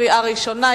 קריאה ראשונה.